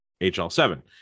HL7